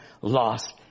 lost